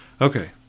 Okay